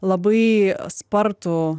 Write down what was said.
labai spartų